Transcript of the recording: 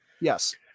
yes